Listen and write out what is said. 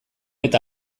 eta